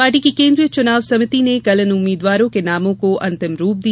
party की केंद्रीय चुनाव समिति ने कल इन उम्मीदवारों के नामों को अंतिम रूप दिया